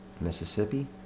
Mississippi